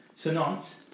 tonight